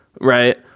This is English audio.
Right